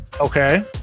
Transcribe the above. okay